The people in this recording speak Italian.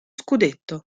scudetto